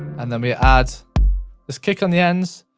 and then we add this kick on the end,